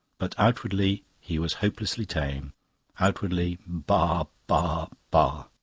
but outwardly he was hopelessly tame outwardly baa, baa, baa.